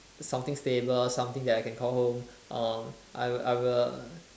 something stable something that I can call home uh I will I will